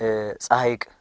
it's like